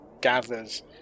gathers